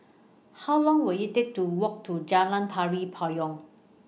How Long Will IT Take to Walk to Jalan Tari Payong